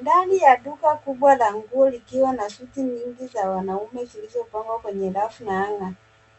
Ndani ya duka kubwa la nguo likiwa na suti nyingi za wanaume zilizopangwa kwenye rafu ya anga.